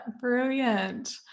brilliant